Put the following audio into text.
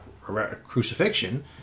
crucifixion